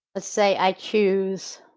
let's say i choose